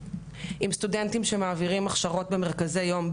עם סטודנטים שמעבירים הכשרות במרכזי יום,